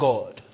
God